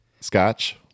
Scotch